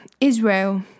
Israel